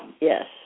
Yes